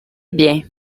bien